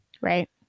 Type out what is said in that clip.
right